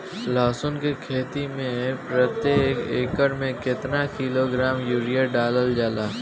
लहसुन के खेती में प्रतेक एकड़ में केतना किलोग्राम यूरिया डालल जाला?